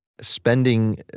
Spending